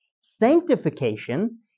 Sanctification